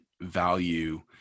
value